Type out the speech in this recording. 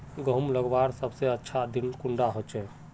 गहुम लगवार सबसे अच्छा दिन कुंडा होचे?